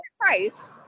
price